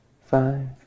five